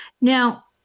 Now